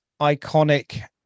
iconic